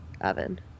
oven